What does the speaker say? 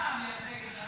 אתה מייצג את הנוער החרדי.